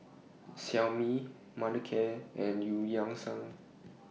Xiaomi Mothercare and EU Yan Sang